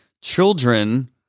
children